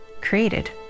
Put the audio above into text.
created